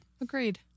Agreed